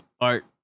art